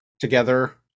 together